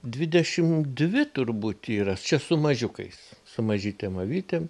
dvidešimt dvi turbūt yra čia su mažiukais su mažytėm avytėm